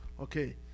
Okay